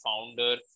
founder